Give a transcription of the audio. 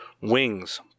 wings